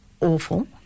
awful